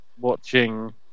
watching